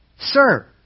Sir